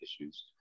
issues